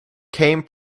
came